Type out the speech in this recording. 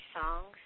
songs